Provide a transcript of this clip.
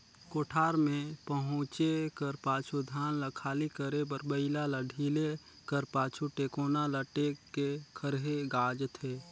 कोठार मे पहुचे कर पाछू धान ल खाली करे बर बइला ल ढिले कर पाछु, टेकोना ल टेक के खरही गाजथे